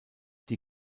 die